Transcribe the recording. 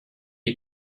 you